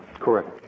correct